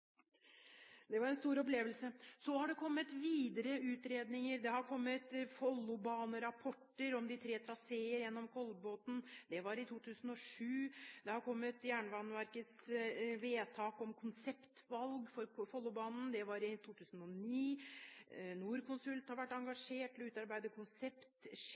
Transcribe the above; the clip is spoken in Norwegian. Det var en stor opplevelse. Det har kommet videre utredninger. Det kom rapport om de tre traseene gjennom Kolbotn når det gjelder Follobanen i 2006, Jernbaneverkets vedtak om konseptvalg for Follobanen kom i 2009, Norconsult har vært engasjert til å utarbeide